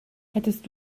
hättest